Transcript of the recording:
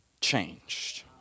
changed